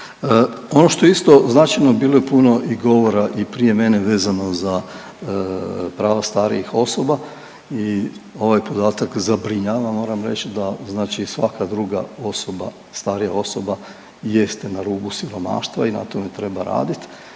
Ono što je isto značajno bilo je puno i govora i prije mene vezano za prava starijih osoba i ovaj podatak zabrinjava. Moram reći da znači svaka druga osoba, starija osoba jeste na rubu siromaštva i na tome treba raditi.